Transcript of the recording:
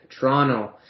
Toronto